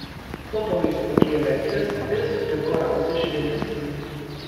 po to jis pakėlė akis ir sutiko ramzio žvilgsnį